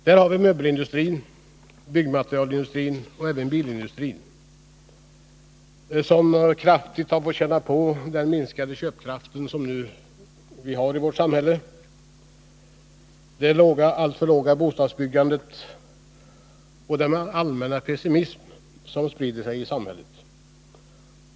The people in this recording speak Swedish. Där har vi möbelindustrin, byggnadsmaterialindustrin och även bilindustrin, som 155 kraftigt har fått känna på den minskade köpkraften i vårt samhälle, det alltför låga bostadsbyggandet och den allmänna pessimism som sprider sig i samhället.